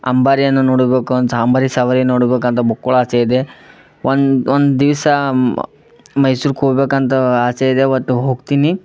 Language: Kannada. ಅಂಬಾರಿಯನ್ನು ನೋಡಬೇಕು ಅಂತ ಅಂಬಾರಿ ಸವಾರಿ ನೋಡಬೇಕಂತ ಬುಕ್ಕುಳ್ ಆಸೆ ಇದೆ ಒಂದು ದಿವ್ಸ ಮ ಮೈಸೂರ್ಗ್ ಹೋಗ್ಬೇಕಂತ ಆಸೆ ಇದೆ ಅವತ್ತು ಹೋಗ್ತೀನಿ